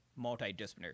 multidisciplinary